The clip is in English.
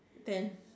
ten